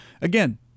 Again